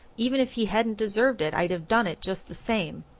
even if he hadn't deserved it i'd have done it just the same.